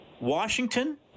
Washington